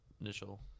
Initial